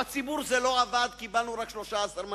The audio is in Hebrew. על הציבור זה לא עבד, קיבלנו רק 13 מנדטים.